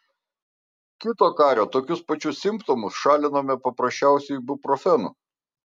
kito kario tokius pačius simptomus šalinome paprasčiausiu ibuprofenu